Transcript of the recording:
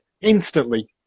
instantly